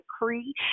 decree